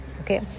Okay